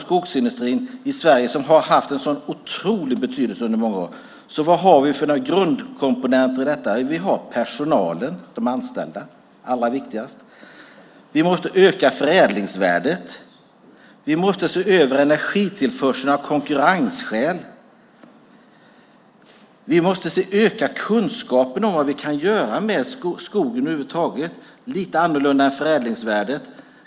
Skogsindustrin i Sverige har haft en otrolig betydelse under många år. Vad har vi för grundkomponenter i den? Jo, vi har personalen, de anställda. De är allra viktigast. Vi måste öka förädlingsvärdet. Vi måste se över energitillförseln av konkurrensskäl. Vi måste öka kunskapen om vad vi kan göra med skogen. Det är lite annorlunda än förädlingsvärdet.